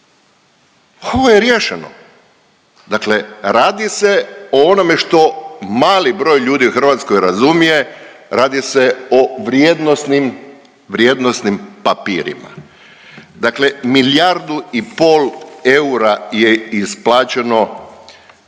Ovo je riješeno. Dakle, radi se o onome što mali broj ljudi u Hrvatskoj razumije, radi se o vrijednosnim papirima. Dakle, milijardu i pol eura je isplaćeno